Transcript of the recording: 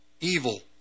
Evil